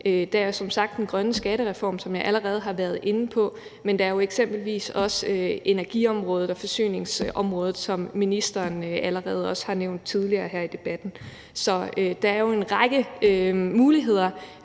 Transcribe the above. Der er som sagt den grønne skattereform, som jeg allerede har været inde på, men der er jo eksempelvis også energiområdet og forsyningsområdet, som ministeren allerede har nævnt tidligere her i debatten. Så der er jo en række muligheder